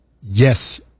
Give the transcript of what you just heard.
Yes